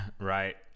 Right